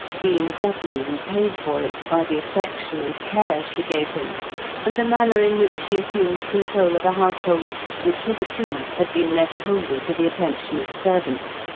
being doubly repaid for it by the affection and care she gave him and the manner in which she assumed control of a household which hitherto had been left wholly to the attention of servants,